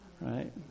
right